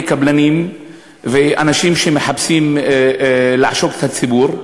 קבלנים ואנשים שמחפשים לעשוק את הציבור.